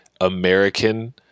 American